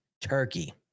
TURKEY